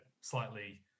slightly